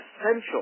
essential